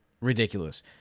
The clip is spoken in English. ridiculous